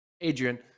Adrian